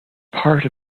part